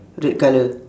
red colour